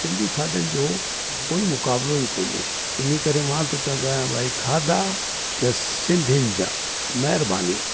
सिंधी खाधनि जो कोइ मुक़ाबिलो ई कोन्हे इन करे मां त चवंदो आहियां भाई खाधा त सिंधियुनि जा महिरबानी